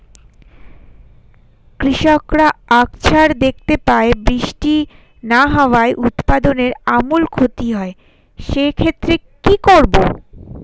কৃষকরা আকছার দেখতে পায় বৃষ্টি না হওয়ায় উৎপাদনের আমূল ক্ষতি হয়, সে ক্ষেত্রে কি করব?